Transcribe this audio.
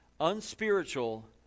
unspiritual